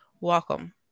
Welcome